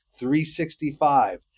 365